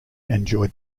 enjoyed